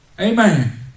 Amen